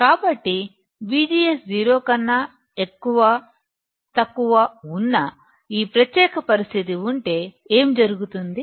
కాబట్టి VGS 0 కన్నా తక్కువ ఉన్న ఈ ప్రత్యేక పరిస్థితి ఉంటే ఏమి జరుగుతుంది